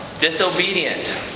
disobedient